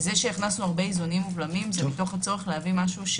וזה שהכנסנו הרבה איזונים ובלמים זה מתוך צורך להביא משהו-